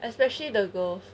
especially the girls